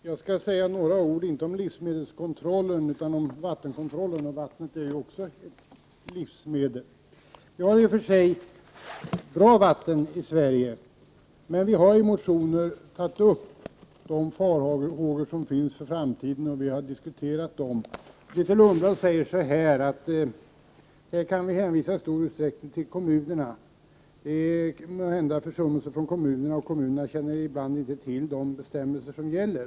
Herr talman! Jag vill säga några ord, inte om livsmedelskontrollen, utan om vattenkontrollen. Vattnet är ju också ett livsmedel. Vi har i och för sig bra vatten i Sverige. Men vi har i motioner tagit upp och diskuterat de farhågor som finns inför framtiden. Grethe Lundblad säger att frågan i stor utsträckning kan hänvisas till kommunerna. Kommunerna har måhända gjort sig skyldiga till försummelser. Kommunerna känner ibland inte till de bestämmelser som gäller.